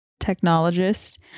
technologist